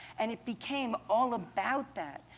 and it became all about that.